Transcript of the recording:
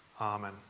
Amen